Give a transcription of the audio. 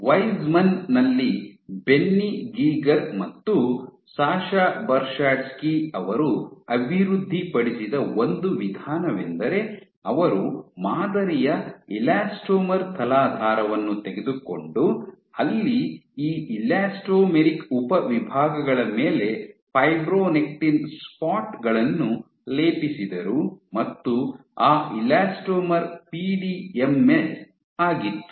Weizmann ನಲ್ಲಿ Benny Geiger ಮತ್ತು Sasha Bershadsky ಅವರು ಅಭಿವೃದ್ಧಿಪಡಿಸಿದ ಒಂದು ವಿಧಾನವೆಂದರೆ ಅವರು ಮಾದರಿಯ ಎಲಾಸ್ಟೊಮರ್ ತಲಾಧಾರವನ್ನು ತೆಗೆದುಕೊಂಡು ಅಲ್ಲಿ ಈ ಎಲಾಸ್ಟೊಮೆರಿಕ್ ಉಪವಿಭಾಗಗಳ ಮೇಲೆ ಫೈಬ್ರೊನೆಕ್ಟಿನ್ ಸ್ಪಾಟ್ಗಳನ್ನು ಲೇಪಿಸಿದರು ಮತ್ತು ಆ ಎಲಾಸ್ಟೊಮರ್ ಪಿಡಿಎಂಎಸ್ ಆಗಿತ್ತು